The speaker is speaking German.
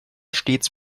stets